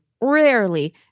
rarely